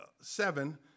seven